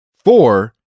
Four